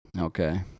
Okay